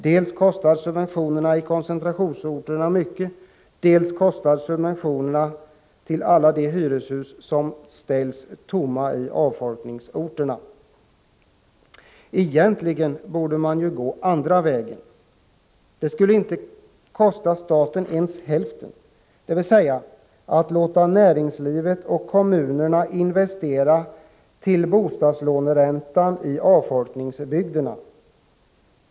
Dels kostar subventionerna i koncentrationsorterna mycket, dels kostar subventionerna till alla de hyreshus som ställs tomma i avfolkningsorterna. Egentligen borde man gå den andra vägen. Det skulle inte kosta staten ens hälften så mycket som det nu framlagda förslaget. Man borde alltså låta näringslivet och kommunerna investera till bostadslåneränta i avfolkningsbygderna.